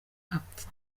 apfa